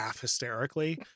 hysterically